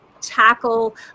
tackle